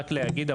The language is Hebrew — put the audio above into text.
רק להגיד,